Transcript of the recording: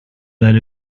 that